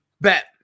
Bet